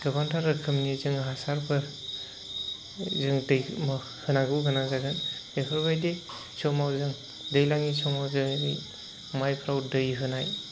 गोबांथार रोखोमनि जों हासारफोर जों होनांगौ गोनां जागोन बेफोरबायदि समाव जों दैज्लांनि समाव जोंनि माइफ्राव दै होनाय